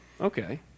okay